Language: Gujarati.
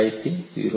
25 થી 0